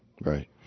Right